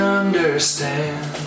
understand